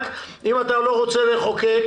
אתה עושה להם טובה.